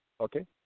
Okay